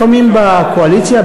לפעמים בקואליציה,